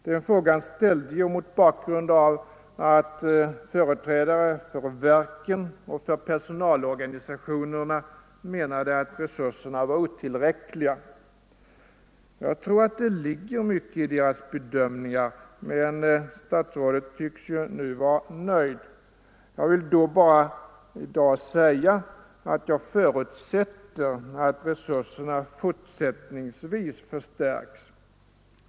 Den frågan ställde jag mot bakgrund av att företrädare för verken och för personalorganisationerna menade att resurserna var otillräckliga. Jag tror att det ligger mycket i deras bedömningar, men statsrådet tycks ju nu vara nöjd. Jag vill då bara säga att jag förutsätter att resurserna fortsättningsvis förstärks.